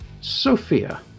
Sophia